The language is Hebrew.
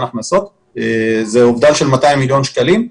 הכנסות וזה אובדן של 200 מיליון שקלים.